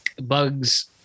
Bugs